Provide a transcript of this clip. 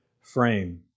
frame